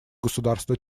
государства